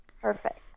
Perfect